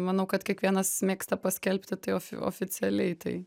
manau kad kiekvienas mėgsta paskelbti tai of oficialiai tai